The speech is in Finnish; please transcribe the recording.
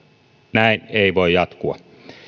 näin ei voi jatkua